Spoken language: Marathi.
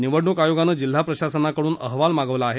निवडणुक आयोगानं जिल्हा प्रशासनाकडून अहवाल मागवला आहे